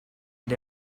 had